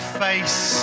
face